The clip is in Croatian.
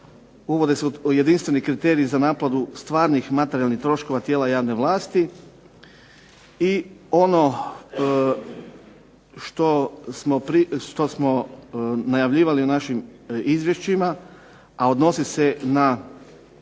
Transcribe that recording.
uvode se jedinstveni kriteriji za naplatu stvarnih materijalnih troškova tijela javne vlasti i ono što smo najavljivali u našim izvješćima, a odnosi se na